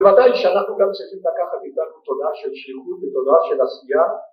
‫בוודאי שאנחנו גם צריכים לקחת איתו תודה של שירות ותודה של עשייה.